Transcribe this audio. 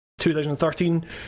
2013